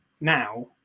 now